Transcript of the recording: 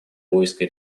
поиска